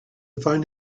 find